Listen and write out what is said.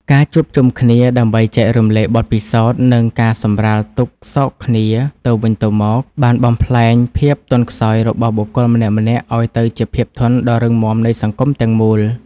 ការជួបជុំគ្នាដើម្បីចែករំលែកបទពិសោធន៍ និងការសម្រាលទុក្ខសោកគ្នាទៅវិញទៅមក បានបំប្លែងភាពទន់ខ្សោយរបស់បុគ្គលម្នាក់ៗ ឱ្យទៅជាភាពធន់ដ៏រឹងមាំនៃសង្គមទាំងមូល។